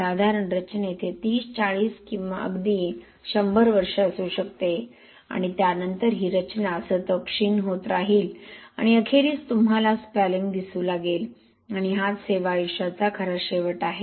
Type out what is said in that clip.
साधारण रचनेत हे 30 40 किंवा अगदी 100 वर्षे असू शकते आणि त्यानंतर ही रचना सतत क्षीण होत राहील आणि अखेरीस तुम्हाला स्पॅलिंग दिसू लागेल आणि हाच सेवा आयुष्याचा खरा शेवट आहे